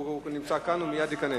הוא נמצא כאן והוא מייד ייכנס.